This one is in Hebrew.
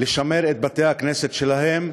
לשמר את בתי-הכנסת שלהם.